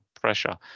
pressure